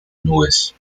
nubes